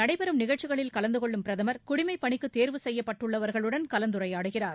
நடைபெறும் நிகழ்ச்சிகளில் கலந்தகொள்ளும் பிரதமர் குடிமைப்பணிக்கு தேர்வு அங்கு செய்யப்பட்டுள்ளவர்களுடன் கலந்துரையாடுகிறார்